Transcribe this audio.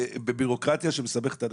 אלא בבירוקרטיה שסתם מסבכת אנשים.